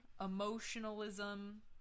emotionalism